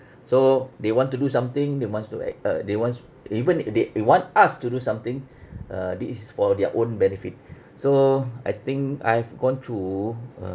so they want to do something they wants to act uh they wants even uh they want us to do something uh this is for their own benefit so I think I've gone through